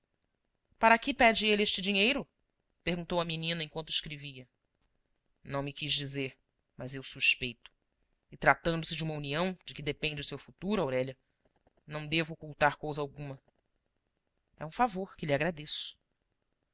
para que pede ele este dinheiro perguntou a menina enquanto escrevia não me quis dizer mas eu suspeito e tratando-se de uma união de que depende o seu futuro aurélia não devo ocultar cousa alguma é um favor que lhe agradeço